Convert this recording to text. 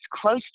close